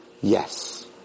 Yes